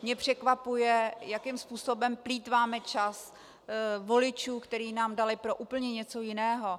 Mě překvapuje, jakým způsobem plýtváme čas voličů, který nám dali pro úplně něco jiného.